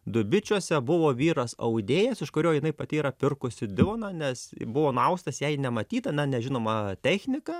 dubičiuose buvo vyras audėjas iš kurio jinai pati yra pirkusi divoną nes buvo nuaustas jai nematyta na nežinoma technika